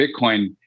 Bitcoin